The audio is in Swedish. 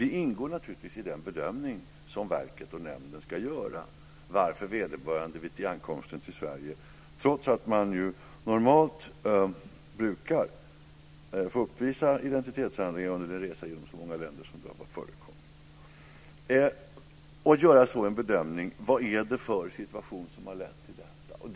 Det ingår naturligtvis i den bedömning som verket och nämnden ska göra att ta reda på varför vederbörande vid ankomsten till Sverige saknar handlingar, trots att man normalt brukar få uppvisa identitetshandlingar under en resa genom så många länder. De ska då göra en bedömning: Vad är det för situation som har lett till detta?